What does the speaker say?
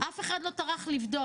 אף אחד לא טרח לבדוק,